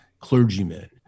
clergymen